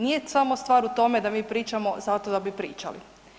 Nije samo stvar u tome da mi pričamo zato da bi pričali.